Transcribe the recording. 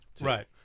Right